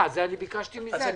ביקשתי.